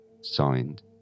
signed